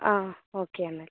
ആ ഓക്കെ എന്നാൽ